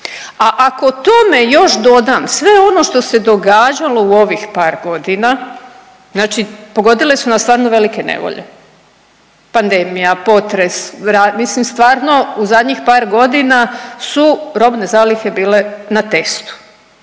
A ako tome još dodam sve ono što se događalo u ovih par godina, znači pogodile su nas stvarno velike nevolje, pandemija, potres, mislim stvarno u zadnjih par godina su robne zalihe bile na testu